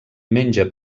menja